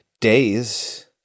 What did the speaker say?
days